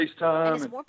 FaceTime